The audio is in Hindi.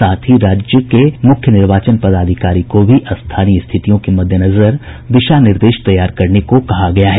साथ ही राज्य के मुख्य निर्वाचन पदाधिकारी को भी स्थानीय स्थितियों के मद्देनजर दिशा निर्देश तैयार करने को कहा गया है